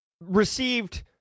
received